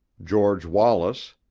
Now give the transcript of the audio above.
george wallace,